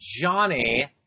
Johnny